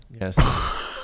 yes